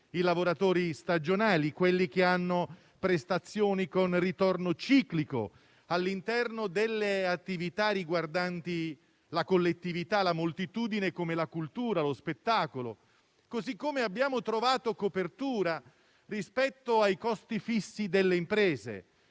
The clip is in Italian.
i lavoratori stagionali, quelli che hanno prestazioni con ritorno ciclico all'interno delle attività riguardanti la collettività e la moltitudine, come la cultura e lo spettacolo. Abbiamo trovato copertura ai costi fissi delle imprese.